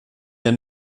der